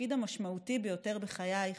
התפקיד המשמעותי ביותר בחייך,